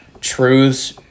truths